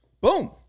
Boom